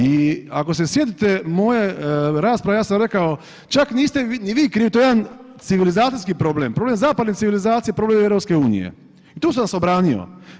I ako se sjetite moje rasprave, ja sam rekao, čak niste ni vi krivi, to je jedan civilizacijski problem, problem zapadne civilizacije, problem EU i tu sam se obranio.